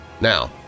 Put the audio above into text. Now